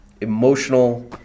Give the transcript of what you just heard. emotional